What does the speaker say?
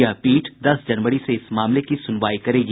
यह पीठ दस जनवरी से इस मामले की सुनवाई करेगी